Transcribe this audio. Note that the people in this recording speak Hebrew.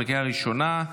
בקריאה ראשונה.